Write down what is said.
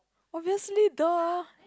obviously duh